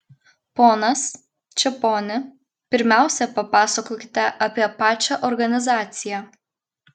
ponas čeponi pirmiausia papasakokite apie pačią organizaciją